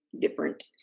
different